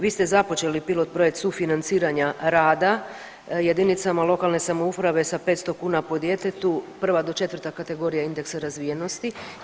Vi ste započeli pilot projekt sufinanciranja rada jedinicama lokalne samouprave sa 500 kuna po djetetu, prva do četvrta kategorija indeksa razvijenosti.